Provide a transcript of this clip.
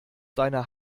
deiner